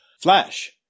Flash